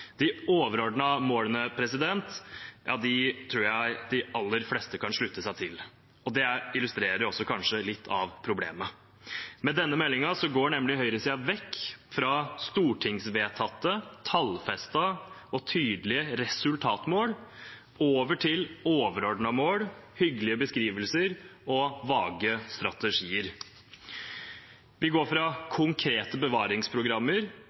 De overordnede målene tror jeg de aller fleste kan slutte seg til. Det illustrerer kanskje litt av problemet også. Med denne meldingen går nemlig høyresiden vekk fra stortingsvedtatte, tallfestede og tydelige resultatmål og over til overordnede mål, hyggelige beskrivelser og vage strategier. Vi går fra konkrete bevaringsprogrammer